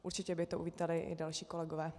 Určitě by to uvítali i další kolegové.